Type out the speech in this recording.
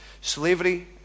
Slavery